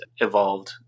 evolved